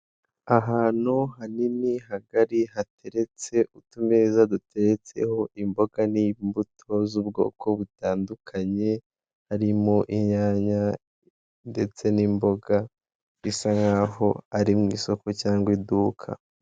Ahantu hanini hagari hateretse utumeza duteretseho imboga n'imbuto z'ubwoko butandukanye, harimo inyanya ndetse n'imboga bisa nk'aho ari mu isoko cyangwa iduka.